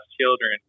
children